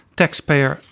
taxpayer